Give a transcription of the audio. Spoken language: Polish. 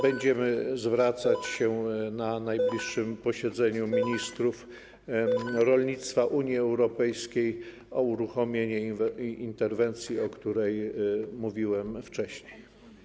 Będziemy zwracać się na najbliższym posiedzeniu ministrów rolnictwa Unii Europejskiej z prośbą o uruchomienie interwencji, o której mówiłem wcześniej.